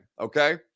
okay